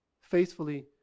faithfully